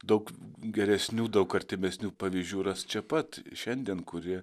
daug geresnių daug artimesnių pavyzdžių rast čia pat šiandien kurie